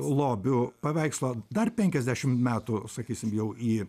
lobių paveikslo dar penkiasdešim metų sakysim jau į